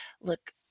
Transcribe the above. look